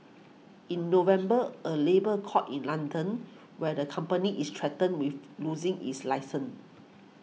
in November a labour court in London where the company is threatened with losing its license